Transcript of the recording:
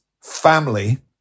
family